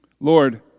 Lord